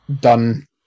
done